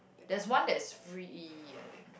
there's one that is free I think